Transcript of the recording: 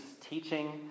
teaching